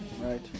right